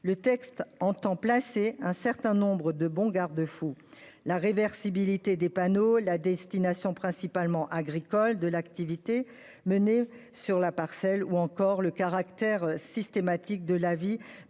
À cette fin, il impose un certain nombre de garde-fous : la réversibilité des panneaux, la destination principalement agricole de l'activité menée sur la parcelle, ou encore le caractère systématique de l'avis